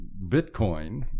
Bitcoin